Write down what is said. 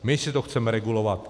My si to chceme regulovat.